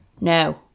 no